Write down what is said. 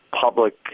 public